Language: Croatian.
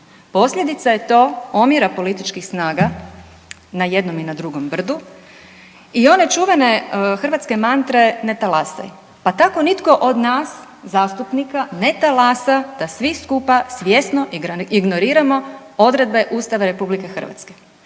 Posljedica je to omjera političkih snaga na jednom i na drugom brdu i one čuvene hrvatske mantre ne talasaj, pa tako nitko od nas zastupnika ne talasa da svi skupa svjesno ignoriramo odredbe Ustava RH.